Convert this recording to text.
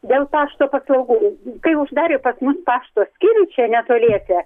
dėl pašto paslaugų kai uždarė pas mus pašto skyrių čia netoliese